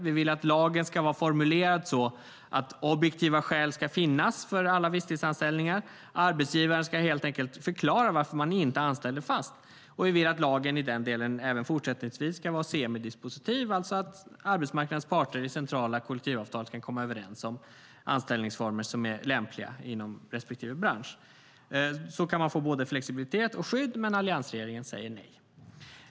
Vi vill att lagen ska vara formulerad så att objektiva skäl ska finnas för alla visstidsanställningar. Arbetsgivaren ska helt enkelt förklara varför man inte anställer fast. Vi vill att lagen i den delen även fortsättningsvis ska vara semidispositiv och att arbetsmarknadens parter i centrala kollektivavtal kan komma överens om anställningsformer som är lämpliga inom respektive bransch. Då kan man få både flexibilitet och skydd, men alliansregeringen säger nej.